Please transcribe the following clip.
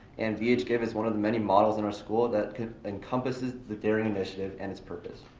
and vh give is one of the many models in our school that encompasses the daring initiative and its purpose.